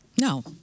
No